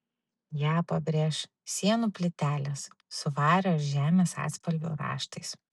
ją pabrėš sienų plytelės su vario ir žemės atspalvių raštais